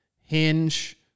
hinge